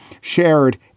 shared